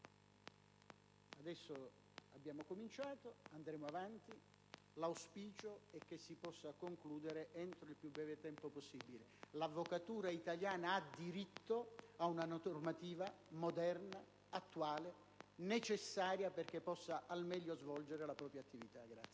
Adesso abbiamo cominciato e andremo avanti; l'auspicio è che l'*iter* si possa concludere entro il più breve tempo possibile. L'avvocatura italiana ha diritto a una normativa moderna e attuale, necessaria perché possa al meglio svolgere la propria attività.